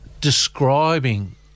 describing